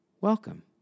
Welcome